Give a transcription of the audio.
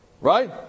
right